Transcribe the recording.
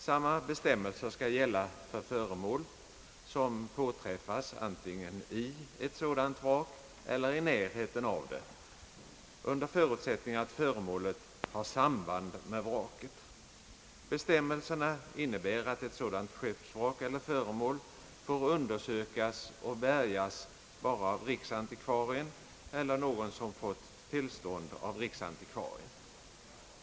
Samma bestämmelser skall gälla för föremål, som påträffas i ett sådant vrak eller i närheten av det, om föremålet har samband med vraket. Bestämmelserna innebär, att ett sådant skeppsvrak eller föremål får undersökas eller bärgas bara av riksantikvarien eller av någon som fått tillstånd av riksantikvarien.